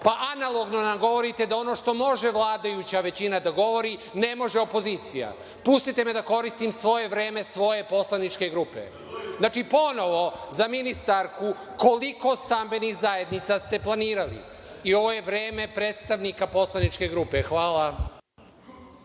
pa analogno nam govorite da ono što može vladajuća većina da govori, ne može opozicija. Pustite me da koristim svoje vreme svoje poslaničke grupe. Znači, ponovo za ministarku - koliko stambenih zajednica ste planirali? Ovo je vreme predstavnika poslaničke grupe. Hvala.